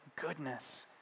goodness